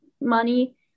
money